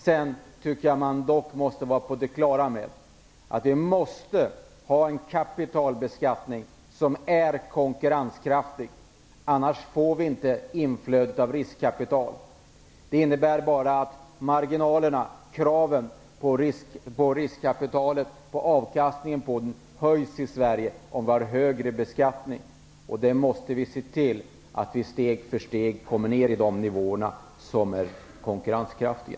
Vi måste dock vara på de klara med att vi måste ha en konkurrenskraftig kapitalbeskattning -- annars får vi inget inflöde av riskkapital. Det skulle bara innebära att kraven på avkastningen på riskkapitalet höjs i Sverige om vi har högre beskattning. Vi måste se till att vi steg för steg kommer ned på de nivåer som är konkurrenskraftiga.